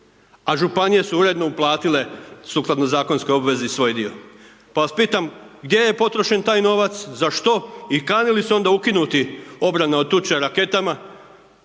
a županije su uredno uplatile sukladno zakonskoj obvezi svoj dio. Pa vas pitam, gdje je potrošen taj novac, za što i kani li se onda ukinuti obrana od tuče raketama